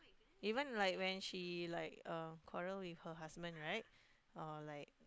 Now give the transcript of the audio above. even like when she like uh quarrel with her husband right or like